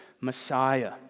Messiah